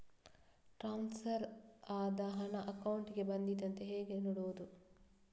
Transfer ಆದ ಹಣ ಅಕೌಂಟಿಗೆ ಬಂದಿದೆ ಅಂತ ಹೇಗೆ ನೋಡುವುದು?